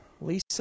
Lisa